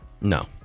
No